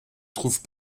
trouvent